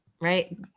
right